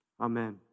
Amen